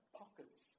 pockets